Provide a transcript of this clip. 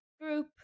group